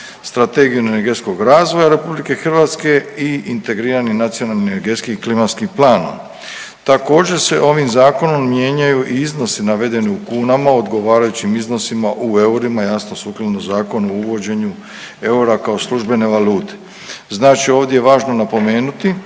Strategiju energetskog razvoja Republike Hrvatske i integrirani nacionalni energetski i klimatskim planom. Također se ovim zakonom mijenjaju i iznosi navedeni u kunama u odgovarajućim iznosima u eurima jasno sukladno Zakonu o uvođenju eura kao službene valute. Znači ovdje je važno napomenuti